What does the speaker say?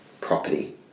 property